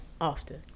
Often